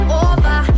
over